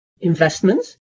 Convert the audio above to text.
investments